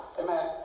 amen